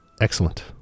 excellent